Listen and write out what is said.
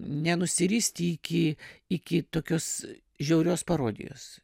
nenusiristi iki iki tokios žiaurios parodijos